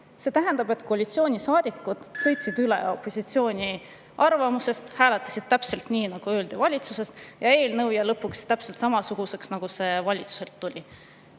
See tähendab, et koalitsioonisaadikud sõitsid üle opositsiooni arvamusest, hääletasid täpselt nii, nagu valitsusest öeldi, ja eelnõu jäi lõpuks täpselt samasuguseks, nagu see valitsusest meile